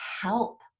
help